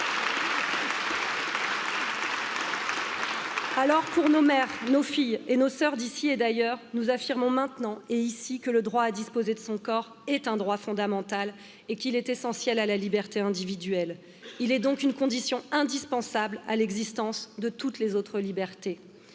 perdu Pour nos mères, nos filles et nos sœurs, d'ici et d'ailleurs, nous affirmons maintenant et ici que le droit à disposer de son corps est un droit fondamental et il est essentiel à la liberté individuelle. Il est donc une condition indispensable à l'existence de toutes les autres libertés